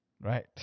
Right